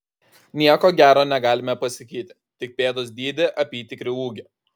nieko gero negalime pasakyti tik pėdos dydį apytikrį ūgį